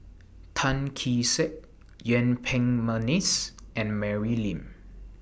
Tan Kee Sek Yuen Peng Mcneice and Mary Lim